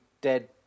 dead